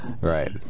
right